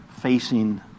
facing